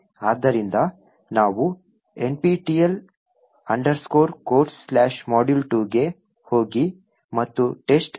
ಆದ್ದರಿಂದ ನಾವು nptel codesmodule2 ಗೆ ಹೋಗಿ ಮತ್ತು testcode